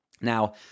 Now